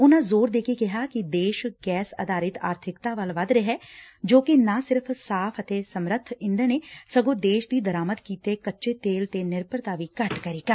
ਉਨਾਂ ਜ਼ੋਰ ਦੇ ਕੇ ਕਿਹਾ ਕਿ ਦੇਸ਼ ਗੈਰ ਆਧਾਰਿਤ ਆਰਥਿਕਤਾ ਵੱਲ ਵਧ ਰਿਹੈ ਜੋ ਕਿ ਨਾ ਸਿਰਫ਼ ਸਾਫ਼ ਅਤੇ ਸਮਰੱਥ ਈਂਧਣ ਏ ਸਗੋਂ ਦੇਸ਼ ਦੀ ਦਰਾਮਦ ਕੀਤੇ ਕੱਚੇ ਤਲ ਤੇ ਨਿਰਭਰਤਾ ਵੀ ਘੱਟ ਕਰੇਗਾ